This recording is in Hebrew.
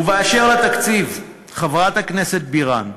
ובאשר לתקציב, חברת הכנסת בירן,